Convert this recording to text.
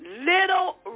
Little